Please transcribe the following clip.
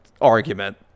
argument